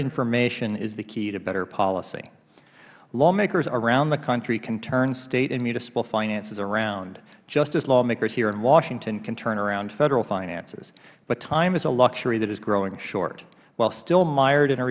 information is the key to better policy lawmakers around the country can turn state and municipal finances around just as lawmakers here in washington can turn around federal finances but time is a luxury that is growing short while still mired in a